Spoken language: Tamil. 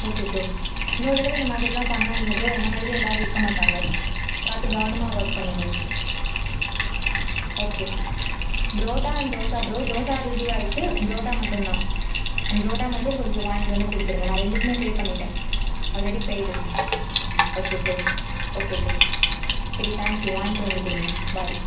ஓகே ப்ரோ இன்னொரு தடவை இந்தமாதிரிலாம் பண்ணாதிங்க ப்ரோ என்ன மாதிரியே எல்லாரும் இருக்க மாட்டாங்க பார்த்து கவனமா ஒர்க் பண்ணுங்க okay parotta and dosa bro dosa receive ஆயிடுச்சு புரோட்டா மட்டும் தான் அந்த பராட்டா மட்டும் கொஞ்சம் வாங்கிட்டு வந்து கொடுத்துருங்க நான் ரெண்டுக்குமே பே பண்ணிட்டேன் already paid okay bro okay bro சரி தேங்க்கி யூ வாங்கிட்டு வந்து கொடுங்க பாய்